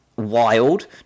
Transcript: Wild